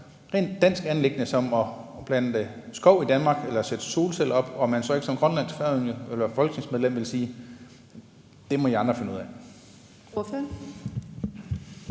rent dansk anliggende som at plante skov i Danmark eller sætte solceller op, om man så ikke som færøsk eller grønandsk folketingsmedlem ville sige, at det må I andre finde ud af.